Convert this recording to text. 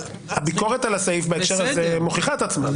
הביקורת על הסעיף בהקשר הזה מוכיחה את עצמה,